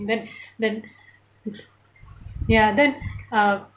then then ya then uh